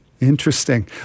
Interesting